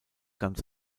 ganz